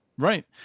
Right